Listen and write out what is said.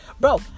Bro